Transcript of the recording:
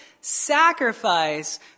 sacrifice